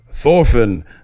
Thorfinn